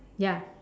ya